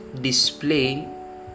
display